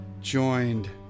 joined